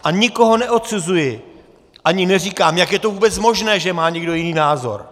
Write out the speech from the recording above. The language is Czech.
A nikoho neodsuzuji, ani neříkám: jak je to vůbec možné, že má někdo jiný názor?